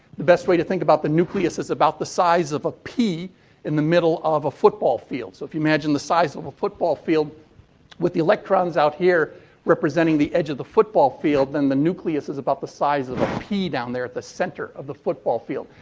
the best way to think about the nucleus is it's about the size of a pea in the middle of a football field. so, if you imagine the size of a football field with the electrons out here representing the edge of the football field, then the nucleus is about the size of a pea down there at the center of the football field.